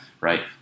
right